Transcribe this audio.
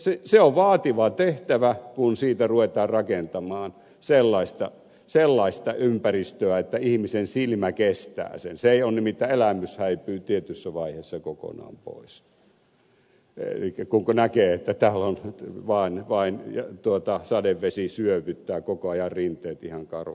se on vaativa tehtävä kun siitä ruvetaan rakentamaan sellaista ympäristöä että ihmisen silmä kestää sen nimittäin elämys häipyy tietyssä vaiheessa kokonaan pois elikkä kun näkee että tää on vaan vain tuottaa sadevesi syövyttää koko ajan rinteet ihan kauhean näköisiksi